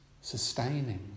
sustaining